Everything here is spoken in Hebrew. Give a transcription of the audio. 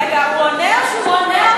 רגע, פונה או שהוא עונה?